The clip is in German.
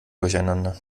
durcheinander